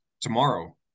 tomorrow